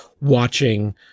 watching